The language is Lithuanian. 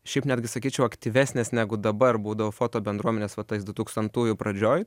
šiaip netgi sakyčiau aktyvesnės negu dabar būdavo foto bendruomenės va tais dutūkstantųjų pradžioj